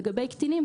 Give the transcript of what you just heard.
לגבי קטינים,